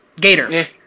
Gator